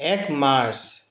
এক মাৰ্চ